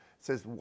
says